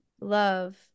love